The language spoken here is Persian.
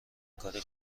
کاری